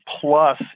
plus